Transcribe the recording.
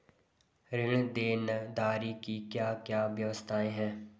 ऋण देनदारी की क्या क्या व्यवस्थाएँ हैं?